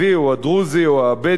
אם בדרוזי או הבדואי,